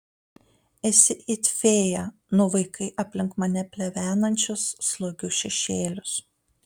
esi it fėja nuvaikai aplink mane plevenančius slogius šešėlius